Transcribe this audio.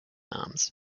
arms